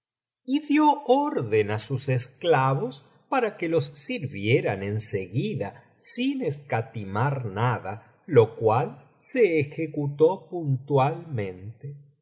y dio orden á sus esclavos para que los sirvie biblioteca valenciana generalitat valenciana historia del jorobado ran ea seguida sin escatimar nada lo cual se ejecuto puntualmente